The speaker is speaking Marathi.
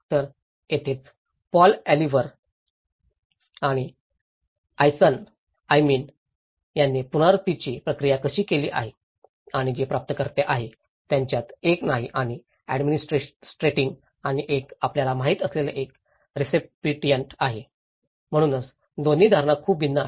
तर तेथेच पौल ऑलिव्हर आणि आयसन यासमीन त्यांनी पुनर्प्राप्तीची प्रक्रिया कशी केली आहे आणि जे प्राप्तकर्ते आहेत त्यांच्यात एक नाही आणि ऍडमिनिस्ट्रेटिन्ग आणि एक आपल्याला माहित असलेला एक रेसिपीएंट आहे म्हणूनच दोन्ही धारणा खूप भिन्न आहेत